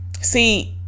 See